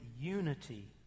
unity